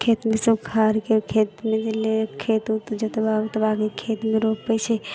खेतमेसँ उखाड़िकऽ खेतमे देलै खेत उत जोतबा ओतबाके खेतमे रोपै छै